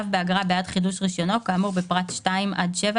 באגרה בעד חידוש רישיונו כאמור בפרט 2 עד 7,